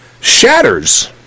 shatters